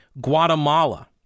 Guatemala